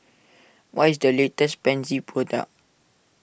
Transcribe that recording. what is the latest Pansy product